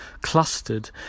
clustered